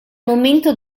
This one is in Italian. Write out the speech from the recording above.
momento